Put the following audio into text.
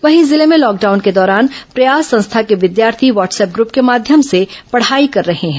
वहीं जिले में लॉकडाउन के दौरान प्रयास संस्था के विद्यार्थी व्हाट्सअप ग्रूप के माध्यम से पढ़ाई कर रहे हैं